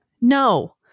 No